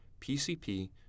PCP